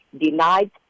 denied